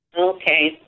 Okay